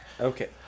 Okay